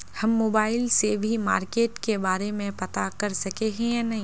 हम मोबाईल से भी मार्केट के बारे में पता कर सके है नय?